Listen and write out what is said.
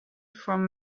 from